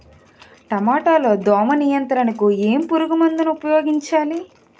టమాటా లో దోమ నియంత్రణకు ఏ పురుగుమందును ఉపయోగించాలి?